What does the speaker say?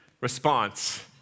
response